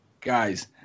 Guys